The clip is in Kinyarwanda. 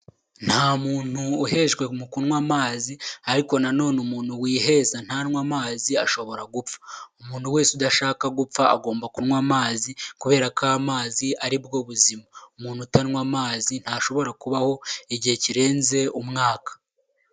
Nta muntu uhejwe mu kunywa amazi ariko na none umuntu wiheza ntanywe amazi ashobora gupfa, umuntu wese udashaka gupfa agomba kunywa amazi kubera ko amazi aribwo buzima, umuntu utanywa amazi ntashobora kubaho igihe kirenze umwaka.